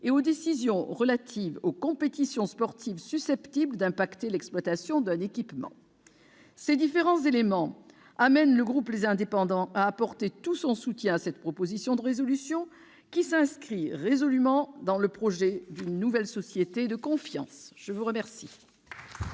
et aux décisions relatives aux compétitions sportives susceptibles d'impacter l'exploitation d'un équipement. Ces différents éléments amènent le groupe Les Indépendants à apporter tout son soutien à cette proposition de résolution, qui s'inscrit pleinement dans le projet d'une nouvelle société de confiance. La parole